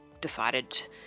decided